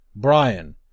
Brian